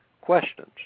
questions